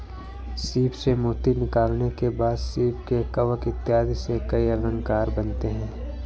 सीप से मोती निकालने के बाद सीप के कवच इत्यादि से कई अलंकार बनते हैं